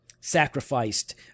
sacrificed